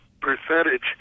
percentage